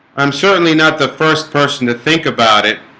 i'm certainly not the first person to think about it